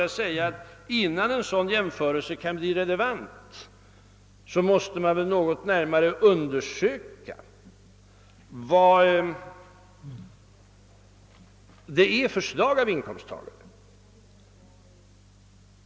: Innan. : en sådan jämförelse 'kan :bli relevant måste :man emellertid något 'närmare undersöka vad det rör sig om för slag av inkomsttagare.